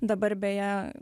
dabar beje